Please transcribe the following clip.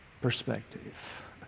perspective